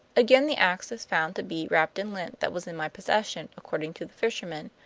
again, the ax is found to be wrapped in lint that was in my possession, according to the fisherman.